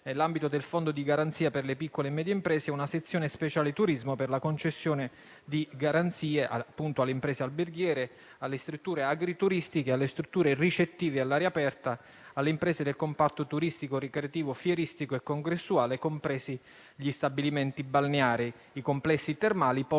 nell'ambito del fondo di garanzia per le piccole e medie imprese una sezione speciale turismo per la concessione di garanzie alle imprese alberghiere, alle strutture agrituristiche, alle strutture ricettive all'aria aperta, alle imprese del comparto turistico, ricreativo fieristico e congressuale, compresi gli stabilimenti balneari, i complessi termali, i